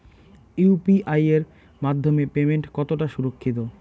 UPI এর মাধ্যমে payment কতটা সুরক্ষিত?